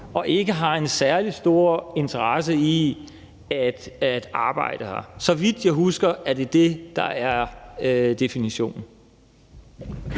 og ikke har en særlig stor interesse i at arbejde her. Så vidt jeg husker, er det det, der er definitionen.